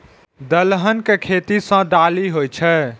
दलहन के खेती सं दालि होइ छै